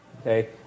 okay